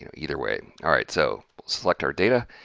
you know either way. alright so, select our data,